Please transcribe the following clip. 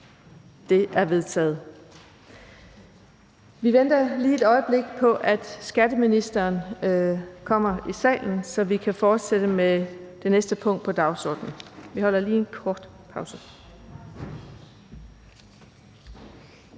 Det er vedtaget. Vi venter lige et øjeblik på, at skatteministeren kommer i salen, så vi kan fortsætte med det næste punkt på dagsordenen. Vi holder lige en kort pause.